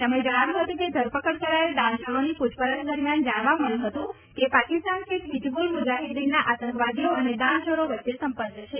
તેમણે જણાવ્યું હતું કે ધરપકડ કરાયેલ દાણચોરોની પૂછપરછ દરમિયાન જાણવા મળ્યું હતું કે પાકિસ્તાન સ્થિત હિજબુલ મુજાહિદ્દીનનાં આતંકવાદીઓ અને દાણચોરો વચ્ચે સંપર્ક છે